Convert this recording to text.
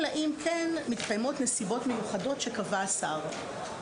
אלא אם כן מתקיימות נסיבות מיוחדות שקבע השר.